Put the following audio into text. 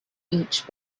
each